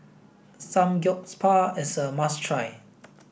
Samgyeopsal is a must try